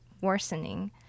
worsening